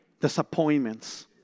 disappointments